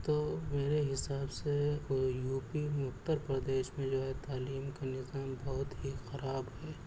تو میرے حساب سے یو پی میں اتر پردیش میں جو ہے تعلیم کا نظام بہت ہی خراب ہے